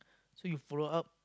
so you follow up